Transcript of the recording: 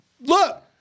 Look